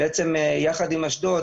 יחד עם אשדוד